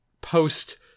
post-